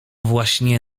właśnie